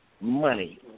money